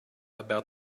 about